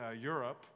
Europe